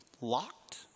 locked